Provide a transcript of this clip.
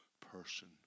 person